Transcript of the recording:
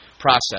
process